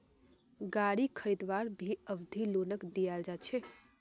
गारी खरीदवात भी अवधि लोनक दियाल जा छे